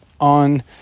on